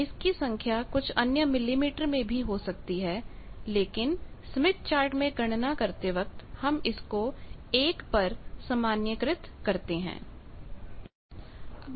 इसकी संख्या कुछ अन्य मिलीमीटर में हो सकती है लेकिन स्मिथ चार्ट में गणना करते वक्त हम इसको 1 पर सामान्यीकृत normalizedनार्मलायीजेड करते हैं